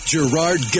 Gerard